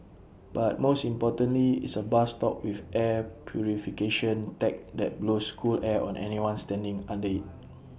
but most importantly it's A bus stop with air purification tech that blows cool air on anyone standing under IT